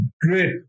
great